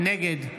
נגד